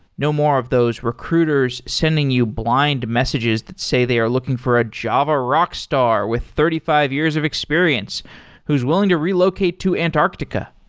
no more of those recruiters sending you blind messages that say they are looking for a java rockstar with thirty five years of experience who's willing to relocate to antarctica.